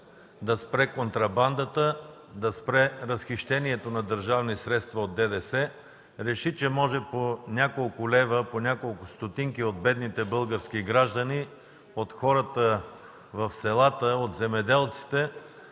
да спре контрабандата, да спре разхищението на държавни средства от ДДС, реши че може по няколко лева, по няколко стотинки от бедните български граждани, от хората в селата, от земеделците